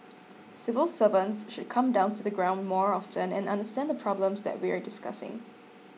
civil servants should come down to the ground more often and understand the problems that we're discussing